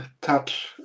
touch